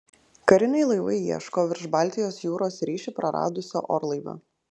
kariniai laivai ieško virš baltijos jūros ryšį praradusio orlaivio